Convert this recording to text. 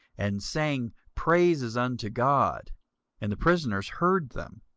and sang praises unto god and the prisoners heard them.